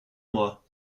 moi